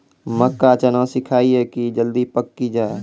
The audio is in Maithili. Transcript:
मक्का चना सिखाइए कि जल्दी पक की जय?